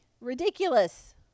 ridiculous